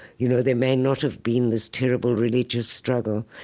you know, there may not have been this terrible religious struggle.